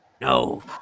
No